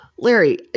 Larry